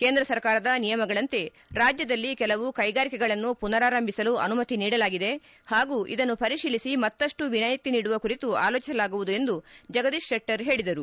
ಕೇಂದ್ರ ಸರ್ಕಾರದ ನಿಯಮಗಳಂತೆ ರಾಜ್ಯದಲ್ಲಿ ಕೆಲವು ಕೈಗಾರಿಕೆಗಳನ್ನು ಮನಾರಾರಂಭಿಸಲು ಅನುಮತಿ ನೀಡಲಾಗಿದೆ ಹಾಗೂ ಇದನ್ನು ಪರಿಶೀಲಿಸಿ ಮತ್ತಷ್ಟು ವಿನಾಯಿತಿ ನೀಡುವ ಕುರಿತು ಆಲೋಜಿಸಲಾಗುವುದು ಎಂದು ಜಗದೀಶ್ ಶೆಟ್ಟರ್ ಹೇಳಿದರು